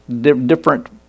different